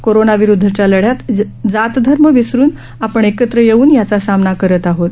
corona विरुद्धच्या लढ्यात जात धर्म विसरून आपण एकत्र येऊन याचा सामना करत आहोत